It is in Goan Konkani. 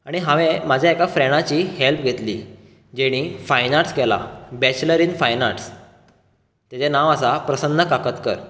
आनी हांवें म्हज्या एकल्या फ्रेंडाची हॅल्प घेतली जेणी फायन आर्ट्स केलां बॅचलर इन फायन आर्टस ताचें नांव आसा प्रसन्न काकतकर